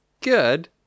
good